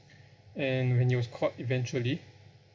and when he was caught eventually